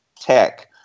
Tech